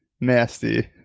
nasty